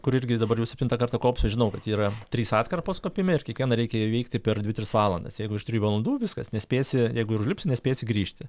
kur irgi dabar jau septintą kartą kopsiu žinau kad yra trys atkarpos kopime ir kiekvieną reikia įveikti per dvi tris valandas jeigu virš trijų valandų viskas nespėsi jeigu ir užlipsi nespėsi grįžti